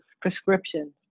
prescriptions